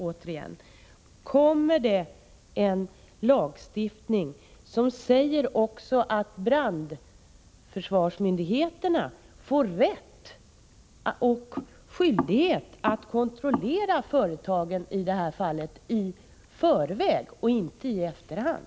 Jag vill då fråga: Kommer det en lagstiftning som också säger att brandförsvarsmyndigheterna har rätt och skyldighet att i förväg kontrollera företagen i det här avseendet, och inte i efterhand?